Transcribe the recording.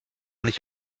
nicht